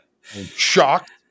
shocked